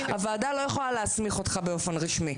הוועדה לא יכולה להסמיך אותך באופן רשמי,